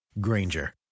Granger